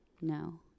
No